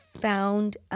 found